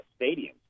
stadiums